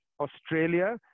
Australia